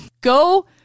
Go